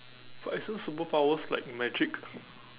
but isn't superpowers like magic